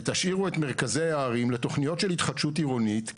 ותשאירו את מרכזי הערים לתכניות של התחדשות עירונית.